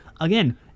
again